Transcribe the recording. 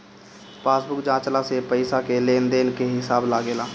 passbook जाँचला से पईसा के लेन देन के हिसाब लागेला